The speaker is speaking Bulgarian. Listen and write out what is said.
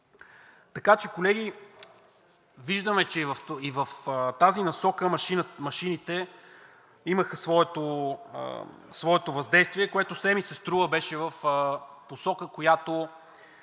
Така че, колеги, виждаме, че и в тази насока машините имаха своето въздействие, което все ми се струва беше в посока, която